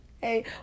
hey